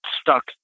stuck